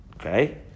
Okay